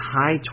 high